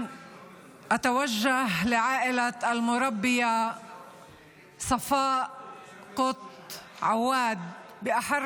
(נושאת דברים בשפה הערבית, להלן